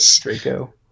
Draco